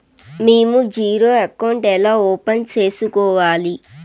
మేము zero account ఎలా open సేసుకోవాలి